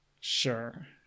sure